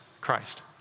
Christ